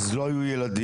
אז לא היו ילדים,